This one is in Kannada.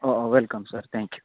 we welcome sir thank you